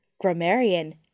grammarian